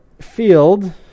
field